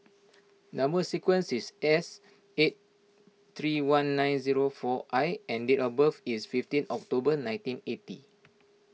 Number Sequence is S eight three one nine zero four I and date of birth is fifteen October nineteen eighty